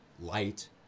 light